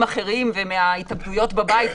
דברים אנחנו רואים עלייה משמעותית בתמותה.